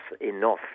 enough